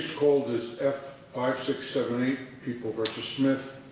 called is f five six seven eight, people versus smith.